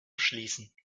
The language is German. schließen